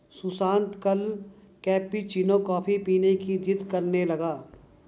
सुशांत कल cappuccino coffee पीने की जिद्द करने लगा